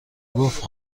گفت